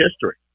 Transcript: history